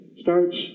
starts